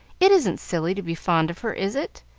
it isn't silly to be fond of her, is it?